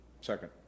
second